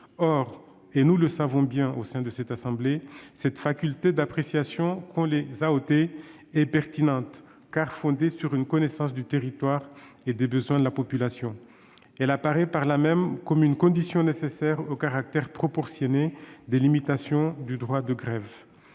Or, nous le savons bien au sein de cette assemblée, cette faculté d'appréciation qu'ont les AOT est pertinente, car elle est fondée sur une connaissance du territoire et des besoins de la population. Elle apparaît par là même comme une condition nécessaire au caractère proportionné des limitations du droit de grève.